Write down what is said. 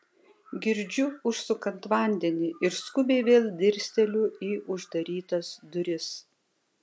girdžiu užsukant vandenį ir skubiai vėl dirsteliu į uždarytas duris